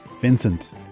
Vincent